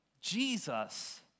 Jesus